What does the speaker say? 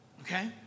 Okay